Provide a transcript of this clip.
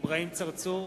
אברהים צרצור,